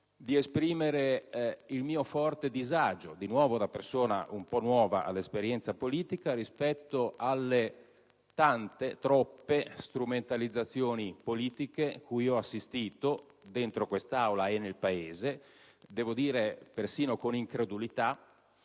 di esprimere il mio forte disagio, da persona un po' nuova all'esperienza politica, rispetto alle tante, troppe strumentalizzazioni politiche cui ho assistito dentro quest'Aula e nel Paese, persino con incredulità.